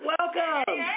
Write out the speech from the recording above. Welcome